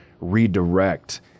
redirect